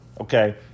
okay